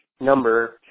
number